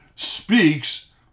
speaks